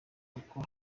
kuko